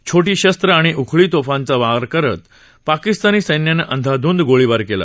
छोटी शस्त्र आणि उखळी तोफांचा वापर करत पाकिस्तानी सैन्यानं अंदाधूंद गोळीबार केला